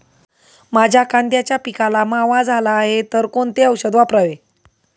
माझ्या कांद्याच्या पिकाला मावा झाला आहे तर कोणते औषध वापरावे?